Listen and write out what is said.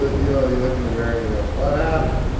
ah you know, you look in the mirror and you go, what happened?